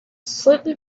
slightly